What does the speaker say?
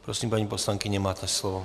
Prosím, paní poslankyně, máte slovo.